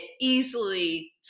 easily